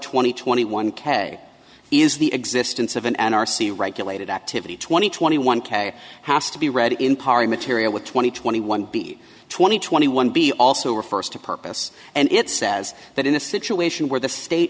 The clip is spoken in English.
twenty twenty one k is the existence of an n r c regulated activity twenty twenty one k has to be read in part in material with twenty twenty one b twenty twenty one b also refers to purpose and it says that in a situation where the state